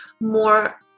more